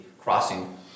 crossing